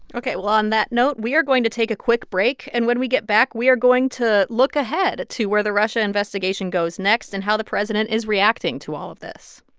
ok. well, on that note, we are going to take a quick break. and when we get back, we are going to look ahead to where the russia investigation goes next and how the president is reacting to all of this